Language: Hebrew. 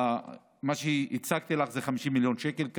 מה שהצגתי לך זה 50 מיליון שקל,